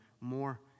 more